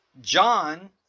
John